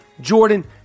Jordan